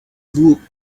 group